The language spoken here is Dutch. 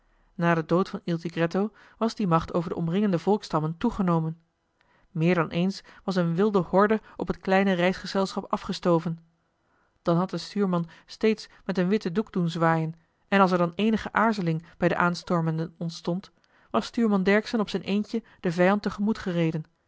na den dood van il tigretto was die macht over de omringende volksstammen toegenomen meer dan eens was een wilde horde op het kleine reisgezelschap afgestoven dan had de stuurman steeds met een witten doek doen zwaaien en als er dan eenige aarzeling bij de aanstormenden ontstond was stuurman dercksen op zijn eentje den vijand te gemoet gereden